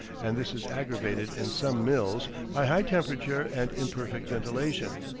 and this is aggravated in some mills by high temperature and imperfect ventilation.